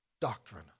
doctrine